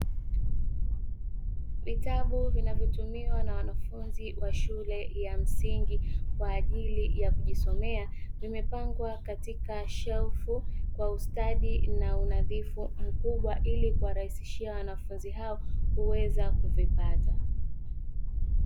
Vitabu vinavyotumiwa na wanafunzi wa shule ya msingi kwaajili ya kujisomea, vimepangwa katika shelfu kwa ustadi na unadhifu mkubwa ili kuwarahisishia wanafunzi hao kuweza kuvipata.